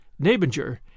Nabinger